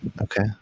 Okay